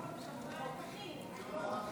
מזמין את השר המקשר בין